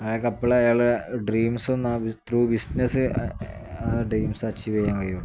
അയാൾക്ക് അപ്പോൾ അയാൾ ഡ്രീംസ് ത്രൂ ബിസിനസ്സ് ആ ഡ്രീംസ് അച്ചീവ് ചെയ്യാൻ കഴിയുള്ളൂ